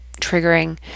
triggering